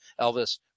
elvis